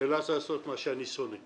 נאלץ לעשות מה שאני שונא.